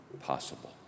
possible